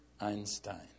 Einstein